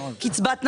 קצבת נכות,